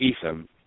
Ethan